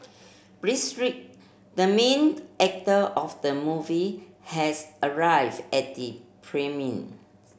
the main actor of the movie has arrived at the premiere